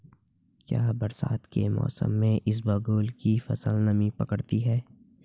क्या बरसात के मौसम में इसबगोल की फसल नमी पकड़ती है?